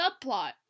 subplot